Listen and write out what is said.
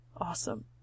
Awesome